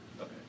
Okay